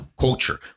culture